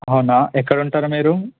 అవునా ఎక్కడ ఉంటారు మీరు